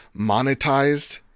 monetized